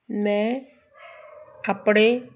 ਮੈਂ ਆਪਣੇ